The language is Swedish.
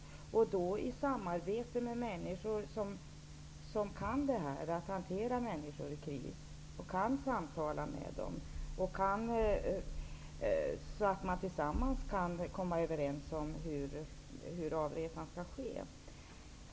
Detta skall ske i samarbete med människor som kan hantera människor i kris och som kan samtala med dem, så att man tillsammans kan komma överens om hur avresan skall ske.